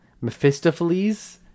Mephistopheles